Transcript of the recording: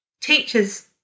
teachers